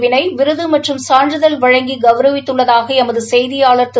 வினய் விருது மற்றும் சான்றிதழ் வழங்கி கௌரவித்துள்ளதாக எமது செய்தியாளர் திரு